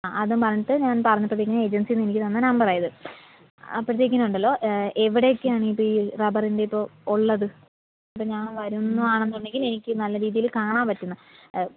ആ അതും പറഞ്ഞിട്ട് ഞാൻ പറഞ്ഞപ്പോഴത്തേക്കിനും ഏജൻസിയിൽ നിന്ന് എനിക്ക് തന്ന നമ്പർ ആണ് ഇത് അപ്പോഴത്തേക്കിനും ഉണ്ടല്ലോ എവിടേക്കാണ് ഇത് ഈ റബ്ബറിൻ്റെ ഇപ്പോൾ ഉള്ളത് അപ്പോൾ ഞാൻ വരുന്നതാണെന്നുണ്ടെങ്കിൽ എനിക്ക് നല്ല രീതിയിൽ കാണാൻ പറ്റണം